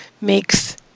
makes